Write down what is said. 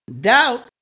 Doubt